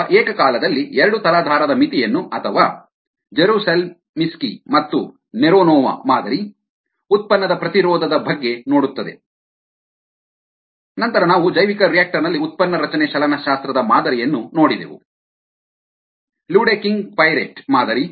ಅಥವಾ ಏಕಕಾಲದಲ್ಲಿ ಎರಡು ತಲಾಧಾರದ ಮಿತಿಯನ್ನು ಅಥವಾ ಜೆರುಸಲಿಮ್ಸ್ಕಿ ಮತ್ತು ನೆರೋನೊವಾ ಮಾದರಿ ಉತ್ಪನ್ನದ ಪ್ರತಿರೋಧದ ಬಗ್ಗೆ ನೋಡುತ್ತದೆ ನಂತರ ನಾವು ಜೈವಿಕರಿಯಾಕ್ಟರ್ ನಲ್ಲಿ ಉತ್ಪನ್ನ ರಚನೆ ಚಲನಶಾಸ್ತ್ರದ ಮಾದರಿಯನ್ನು ನೋಡಿದೆವು ಲ್ಯೂಡೆಕಿಂಗ್ ಪೈರೆಟ್ ಮಾದರಿ